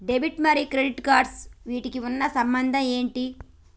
Debit మరియు credit cards వీటికి ఉన్న సంబంధం ఏంటి?